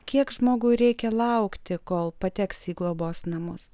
kiek žmogui reikia laukti kol pateks į globos namus